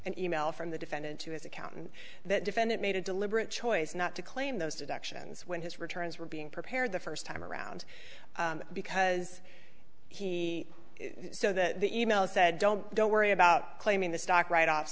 an e mail from the defendant to his accountant that defendant made a deliberate choice not to claim those deductions when his returns were being prepared the first time around because he so that the e mail said don't don't worry about claiming the stock write off